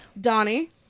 Donnie